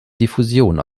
diffusion